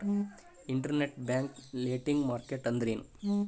Internet bank lending market ಅಂದ್ರೇನು?